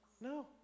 No